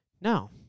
Now